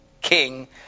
king